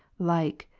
like,